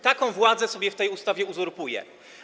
Taką władzę sobie w tej ustawie uzurpuje.